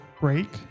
break